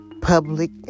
public